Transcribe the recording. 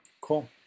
Cool